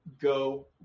go